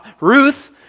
Ruth